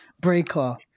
breaker